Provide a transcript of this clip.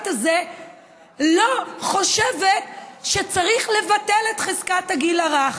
הזה לא חושבת שצריך לבטל את חזקת הגיל הרך.